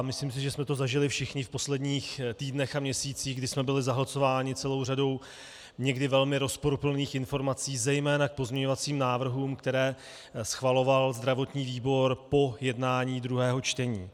Myslím, že jsme to zažili všichni v posledních týdnech a měsících, kdy jsme byli zahlcováni řadou někdy velmi rozporuplných informací zejména k pozměňovacím návrhům, které schvaloval zdravotní výbor po jednání druhého čtení.